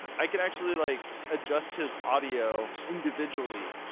i can actually like adjust his audio individually.